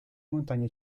montagne